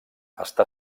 està